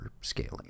scaling